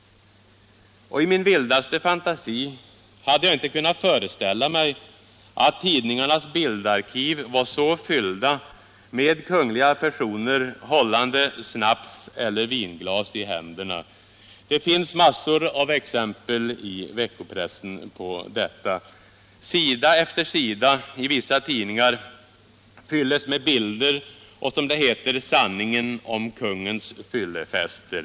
I min vildaste fantasi hade jag inte kunnat föreställa mig att tidningarnas bildarkiv var så fyllda med kungliga personer hållande snapseller vinglas i händerna. Det finns i veckopressen en mängd exempel på detta. Sida efter sida i vissa tidningar fylldes med bilder och, som det heter, ”sanningen om kungens fyllefester”.